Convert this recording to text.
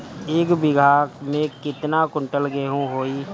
एक बीगहा में केतना कुंटल गेहूं होई?